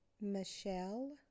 Michelle